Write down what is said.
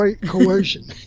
Coercion